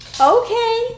okay